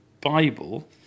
Bible